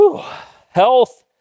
health